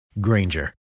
Granger